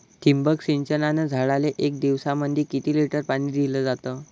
ठिबक सिंचनानं झाडाले एक दिवसामंदी किती लिटर पाणी दिलं जातं?